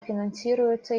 финансируется